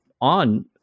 on